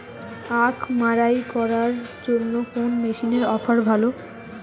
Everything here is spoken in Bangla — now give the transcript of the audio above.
আখ মাড়াই করার জন্য কোন মেশিনের অফার ভালো?